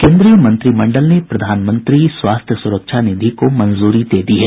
केन्द्रीय मंत्रिमंडल ने प्रधानमंत्री स्वास्थ्य सुरक्षा निधि को मंजूरी दे दी है